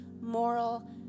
moral